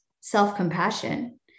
self-compassion